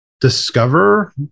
discover